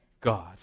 God